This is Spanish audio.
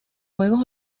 juegos